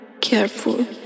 careful